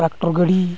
tractor ᱜᱟᱹᱰᱤ